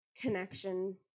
connection